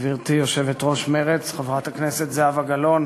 גברתי יושבת-ראש מרצ חברת הכנסת זהבה גלאון,